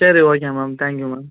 சரி okay ma'am thank you ma'am